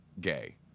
gay